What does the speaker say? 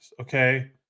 okay